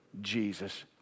Jesus